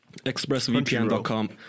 expressvpn.com